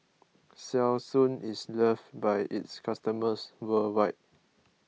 Selsun is loved by its customers worldwide